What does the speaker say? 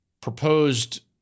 proposed